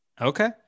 Okay